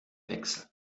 wechsel